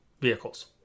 vehicles